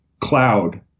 cloud